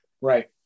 Right